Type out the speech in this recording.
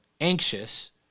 anxious